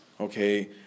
okay